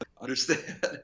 understand